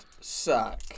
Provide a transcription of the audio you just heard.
suck